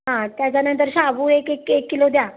हां त्याच्यानंतर शाबू एक एक एक किलो द्या